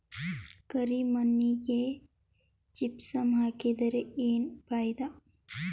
ಕರಿ ಮಣ್ಣಿಗೆ ಜಿಪ್ಸಮ್ ಹಾಕಿದರೆ ಏನ್ ಫಾಯಿದಾ?